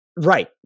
right